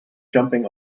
jumping